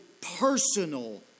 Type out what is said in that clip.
personal